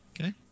Okay